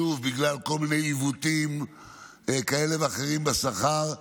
בגלל כל מיני עיוותים כאלה ואחרים בשכר?